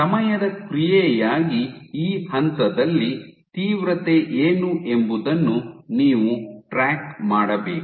ಸಮಯದ ಕ್ರಿಯೆಯಾಗಿ ಈ ಹಂತದಲ್ಲಿ ತೀವ್ರತೆ ಏನು ಎಂಬುದನ್ನು ನೀವು ಟ್ರ್ಯಾಕ್ ಮಾಡಬೇಕು